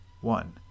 one